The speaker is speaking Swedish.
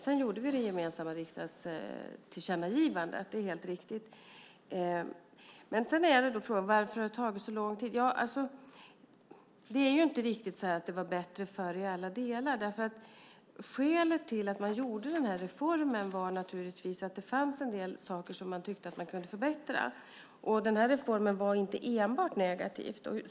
Sedan gjorde vi det gemensamma riksdagstillkännagivandet, det är helt riktigt. Varför har det tagit så lång tid, frågades det. Det är inte så att det i alla delar var bättre förr. Skälet till att reformen gjordes var att det fanns en del saker som kunde förbättras. Reformen var inte heller enbart negativ.